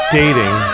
dating